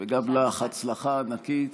גם לך הצלחה ענקית.